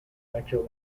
vector